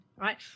right